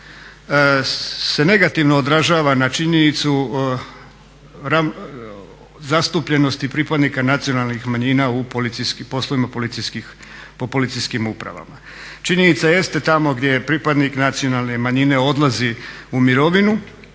se negativno odražava na činjenicu zastupljenosti pripadnika nacionalnih manjina u poslovima policijskih, po policijskim upravama. Činjenica jeste da tamo gdje pripadnik nacionalne manjine odlazi u mirovinu